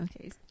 Okay